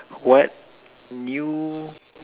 what new